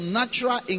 natural